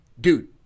dude